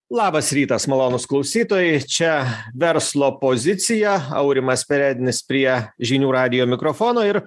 labas rytas malonūs klausytojai čia verslo pozicija aurimas perednis prie žinių radijo mikrofono ir